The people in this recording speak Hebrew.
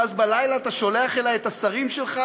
ואז בלילה אתה שולח אליי את השרים שלך